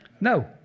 No